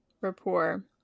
rapport